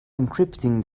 encrypting